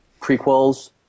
prequels